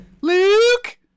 Luke